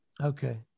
Okay